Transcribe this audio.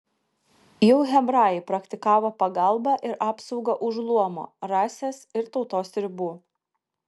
jau hebrajai praktikavo pagalbą ir apsaugą už luomo rasės ir tautos ribų